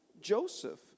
Joseph